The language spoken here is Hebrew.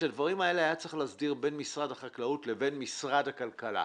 את הדברים היה צריך להסדיר בין משרד החקלאות לבין משרד הכלכלה.